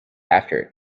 after